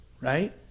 Right